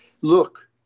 look